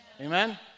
Amen